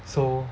so